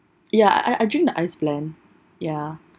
ya I I I drink the ice blend ya